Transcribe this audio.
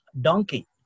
donkey